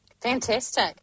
Fantastic